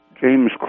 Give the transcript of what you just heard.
James